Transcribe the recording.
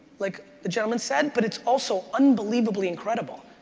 like the gentleman said, but it's also unbelievably incredible.